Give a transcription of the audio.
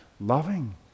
loving